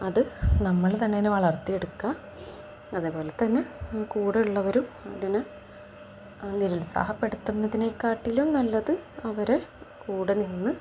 അതു നമ്മൾ തന്നെ അതിനെ വളർത്തിയെടുക്കുക അതേ പോലെ തന്നെ കൂടെയുള്ളവരും അതിനെ നിരുത്സാഹപ്പെടുത്തുന്നതിനേക്കാട്ടിലും നല്ലത് അവരുടെ കൂടെ നിന്ന്